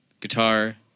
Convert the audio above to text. guitar